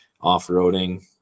off-roading